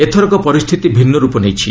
ଏଥରକ ପରିସ୍ଥିତି ଭିନ୍ନ ରୂପ ନେଇଛି